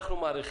אני מעריך